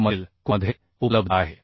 1 मधील कोडमध्ये उपलब्ध आहे